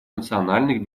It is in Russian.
национальных